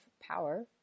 power